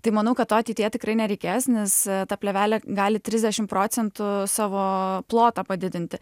tai manau kad to ateityje tikrai nereikės nes ta plėvelė gali trisdešimt procentų savo plotą padidinti